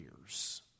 years